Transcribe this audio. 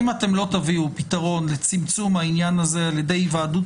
אם אתם לא תביאו פתרון לצמצום העניין הזה על ידי היוועדות